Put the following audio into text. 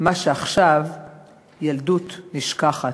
מה שעכשיו / ילדות נשכחת".